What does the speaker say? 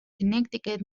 connecticut